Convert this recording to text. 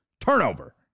turnover